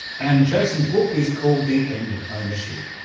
and jason's book is called the end of ownership,